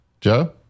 Joe